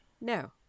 No